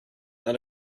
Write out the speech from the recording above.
not